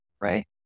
Right